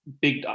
big